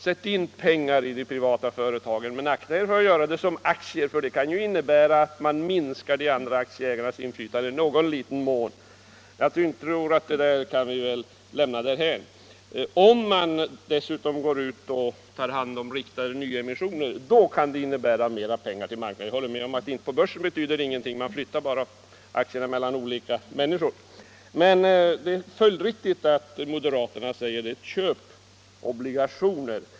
Sätt in pengar i de privata företagen, men akta er för att göra det som aktier, för det kan innebära att ni minskar de andra aktieägarnas inflytande i någon liten mån! — Jag tror att vi kan lämna det resonemanget därhän. Om fonden dessutom går ut och tar hand om riktade nyemissioner, så kan det innebära att man tillför marknaden pengar, menade herr Regnéll. Jag håller med om att pengarna inte betyder någonting på börsen; handeln där innebär bara att man flyttar aktierna mellan olika människor. Men det är följdriktigt att moderaterna säger: Köp obligationer!